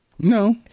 No